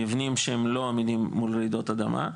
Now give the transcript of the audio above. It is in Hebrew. מבנים שהם לא עמידים מול רעידות אדמה,